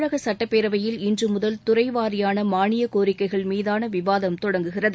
தமிழக சுட்டப்பேரவையில் இன்று முதல் துறை வாரியான மானிய கோரிக்கைகள் மீதான விவாதம் தொடங்குகிறது